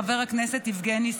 חבר הכנסת יבגני סובה,